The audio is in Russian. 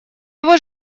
его